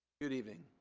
good evening